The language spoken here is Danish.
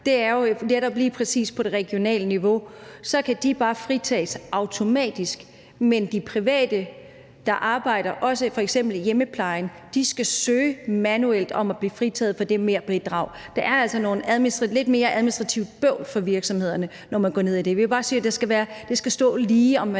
detaljen – på lige præcis det regionale niveau, kan man jo se, at man dér bare kan fritages automatisk, mens de private, der f.eks. også arbejder i hjemmeplejen, skal søge manuelt om at blive fritaget for det merbidrag. Der er altså lidt mere administrativt bøvl for virksomhederne, når man går ned i det. Vi vil bare sige, at det skal være lige,